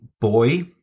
boy